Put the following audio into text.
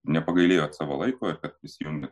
nepagailėjot savo laiko ir prisijungėt